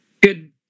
Good